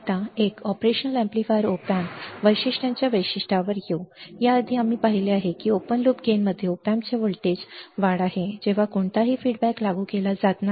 आता एक operational amplifier op amp वैशिष्ट्यांच्या वैशिष्ट्यांवर येऊ या आम्ही हे आधीच पाहिले आहे की ओपन लूप गेनमध्ये op amp चे व्होल्टेज वाढ आहे जेव्हा कोणताही अभिप्राय लागू केला जात नाही